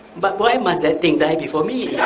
but why must that thing die before me?